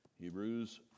Hebrews